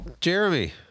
Jeremy